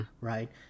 right